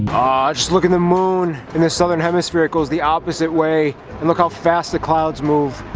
ah just look at the moon in the southern hemisphere it goes the opposite way and look how fast the clouds move